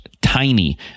tiny